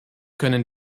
können